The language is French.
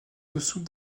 dessous